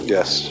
Yes